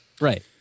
Right